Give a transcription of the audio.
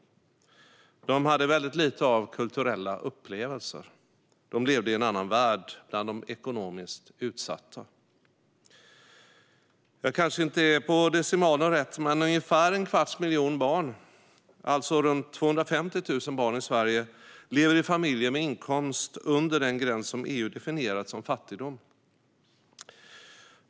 De hade väldigt lite av kulturella upplevelser. De levde i en annan värld, bland de ekonomiskt utsatta. Jag kanske inte är på decimalen rätt, men ungefär en kvarts miljon barn, alltså runt 250 000 barn, i Sverige lever i familjer med inkomst under den gräns som EU definierat som fattigdom.